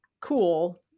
cool